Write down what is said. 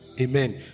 Amen